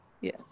Yes